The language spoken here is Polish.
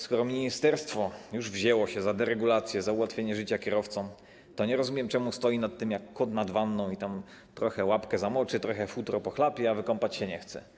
Skoro ministerstwo już wzięło się za deregulację, za ułatwienie życia kierowcom, to nie rozumiem, czemu stoi nad tym jak kot nad wanną: trochę łapkę zamoczy, trochę futro pochlapie, a wykąpać się nie chce.